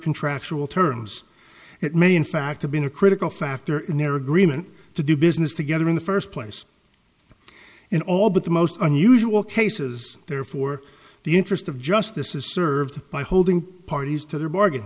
contractual terms it may in fact have been a critical factor in their agreement to do business together in the first place in all but the most unusual cases therefore the interest of justice is served by holding parties to their bargain